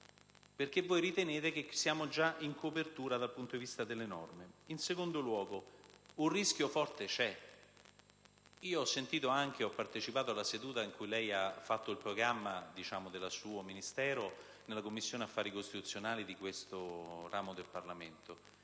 perché ritenete che siamo già in copertura, dal punto di vista delle norme. In secondo luogo, un rischio forte c'è: ho partecipato alla seduta in cui lei ha presentato il programma del suo Ministero nella Commissione affari costituzionali di questo ramo del Parlamento.